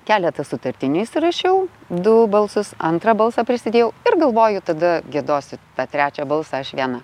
keletą sutartinių įsirašiau du balsus antrą balsą prisidėjau ir galvoju tada giedosiu tą trečią balsą aš viena